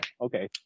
Okay